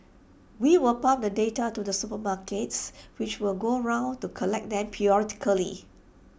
we will pump the data to the supermarkets which will go round to collect them periodically